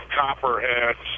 copperheads